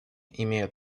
имеют